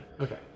Okay